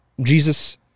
Jesus